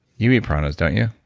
you eat piranhas, don't you?